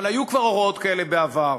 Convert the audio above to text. אבל היו כבר הוראות כאלה בעבר,